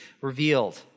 revealed